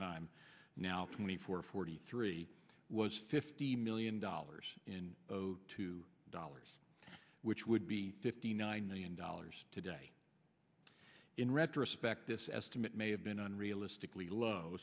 time now twenty four forty three was fifty million dollars in two dollars which would be fifty nine million dollars today in retrospect this estimate may have been unrealistically low